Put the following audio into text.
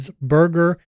burger